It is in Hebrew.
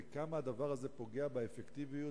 וכמה הדבר הזה פוגע באפקטיביות,